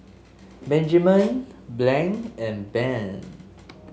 Benjiman Blaine and Ben